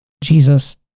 Jesus